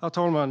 Herr talman!